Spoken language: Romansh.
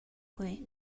quei